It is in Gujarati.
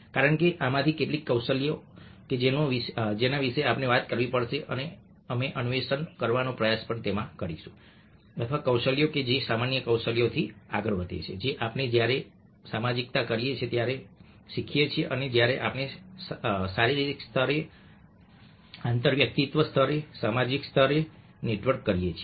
કારણ કે આમાંની કેટલીક કૌશલ્યો કે જેના વિશે આપણે વાત કરવી પડશે અમે અન્વેષણ કરવાનો પ્રયાસ કરીશું અથવા કૌશલ્યો કે જે સામાન્ય કૌશલ્યોથી આગળ વધે છે જે આપણે જ્યારે આપણે સામાજિકતા કરીએ છીએ ત્યારે શીખીએ છીએ અને જ્યારે આપણે શારીરિક સ્તરે આંતરવ્યક્તિત્વ સ્તરે સામાજિક સ્તરે નેટવર્ક કરીએ છીએ